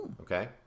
Okay